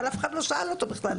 אבל אף אחד לא שאל אותו בכלל.